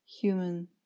human